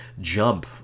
jump